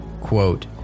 Quote